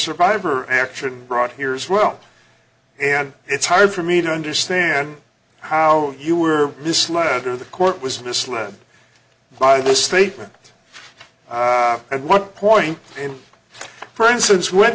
survivor action brought here as well and it's hard for me to understand how you were misled or the court was misled by this statement at one point in presence when